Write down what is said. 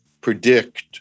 predict